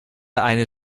eine